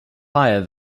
higher